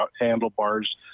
handlebars